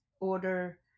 order